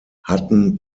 hatten